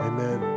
Amen